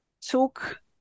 took